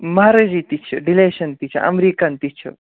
محرٲجی تہِ چھِ ڈِلیشَن تہِ چھِ اَمریٖکَن تہِ چھِ